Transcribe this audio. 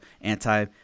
anti